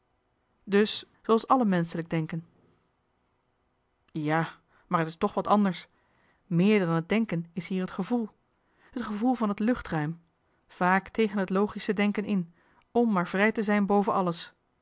dus zooals alle menschelijk denken ja maar het is toch wat anders meer dan het denken is hier het gevoel t gevoel van het luchtruim vaak tegen het logische denken in m maar vrij te zijn boven alles